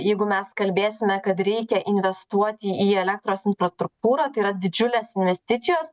jeigu mes kalbėsime kad reikia investuoti į elektros infrastruktūrą tai yra didžiulės investicijos